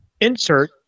insert